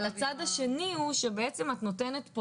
אבל הצד השני הוא שבעצם את נותנת פה